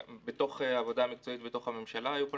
בעבודה המקצועית בתוך הממשלה היו כל